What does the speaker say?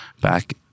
back